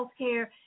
healthcare